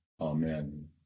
Amen